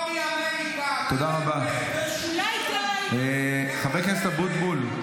--- חבר הכנסת אבוטבול,